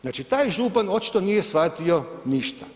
Znači taj župan očito nije shvatio ništa.